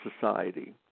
society